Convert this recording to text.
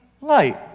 light